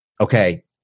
okay